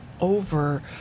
over